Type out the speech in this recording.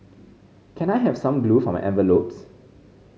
can I have some glue for my envelopes